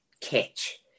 catch